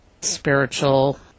spiritual